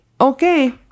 Okay